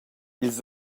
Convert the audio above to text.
ils